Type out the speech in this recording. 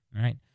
right